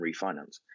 refinance